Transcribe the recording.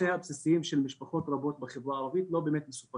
שהצרכים הבסיסיים של משפחות רבות בחברה הערבית לא מסופקים,